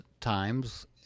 times